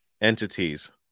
entities